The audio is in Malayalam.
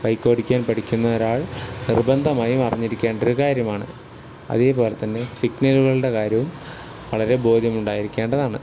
ബൈക്ക് ഓടിക്കാൻ പഠിക്കുന്ന ഒരാൾ നിർബന്ധമായും അറിഞ്ഞിരിക്കേണ്ടൊരു കാര്യമാണ് അതേപോലെത്തന്നെ സിഗ്നലുകളുടെ കാര്യവും വളരെ ബോധ്യമുണ്ടായിരിക്കേണ്ടതാണ്